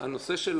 מחדש את